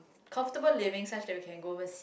comfortable living such that we can go over